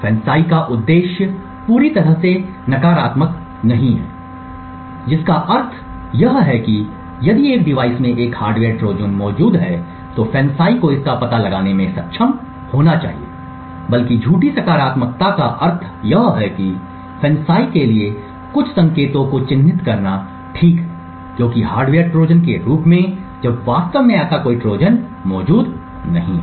FANCI का उद्देश्य पूरी तरह से कोई नकारात्मक नहीं है जिसका अर्थ है कि यदि एक डिवाइस में एक हार्डवेयर ट्रोजन मौजूद है तो FANCI को इसका पता लगाने में सक्षम होना चाहिए बल्कि झूठी सकारात्मकता का अर्थ है FANCI के लिए कुछ संकेतों को चिह्नित करना ठीक है क्योंकि हार्डवेयर ट्रोजन के रूप में जब वास्तव में ऐसा कोई ट्रोजन मौजूद नहीं है